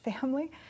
family